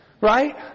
Right